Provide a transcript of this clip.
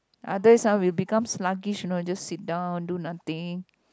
others ah will become sluggish you know just sit down do nothing